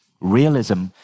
Realism